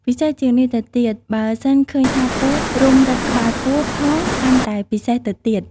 ពិសេសជាងនេះទៅទៀត បើសិនឃើញថាពស់រុំរឹតក្បាលពោះផងកាន់តែពិសេសទៅទៀត។